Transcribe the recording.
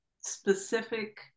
specific